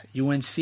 unc